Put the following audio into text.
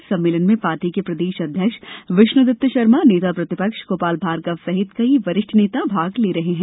इस सम्मेलन में पार्टी के प्रदेश अध्यक्ष विष्णु दत्त शर्मा नेता प्रतिपक्ष गोपाल भार्गव सहित कई वरिष्ठ नेता भाग ले रहे हैं